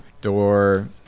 door